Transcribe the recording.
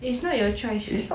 it's not your choice